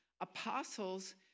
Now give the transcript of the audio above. apostles